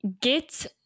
Get